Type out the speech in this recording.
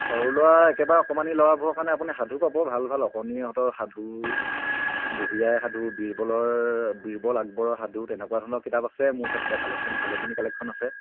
সৰু ল'ৰা একেবাৰে অকণমানি ল'ৰাবোৰৰ কাৰণে আপুনি সাধু পাব ভাল ভাল অকণিহঁতৰ সাধু বুঢ়ী আই সাধু বীৰবলৰ বীৰবল আগবৰ সাধু তেনেকুৱা ধৰণৰ কিতাপ আছে মোৰ ওচৰত এতিয়া কালেকশ্যন ভালেখিনি কালকচন আছে